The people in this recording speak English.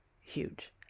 huge